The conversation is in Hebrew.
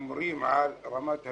שומרים על רמת המקצוע,